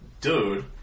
Dude